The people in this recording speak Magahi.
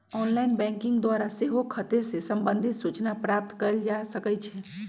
ऑनलाइन बैंकिंग द्वारा सेहो खते से संबंधित सूचना प्राप्त कएल जा सकइ छै